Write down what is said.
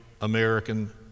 American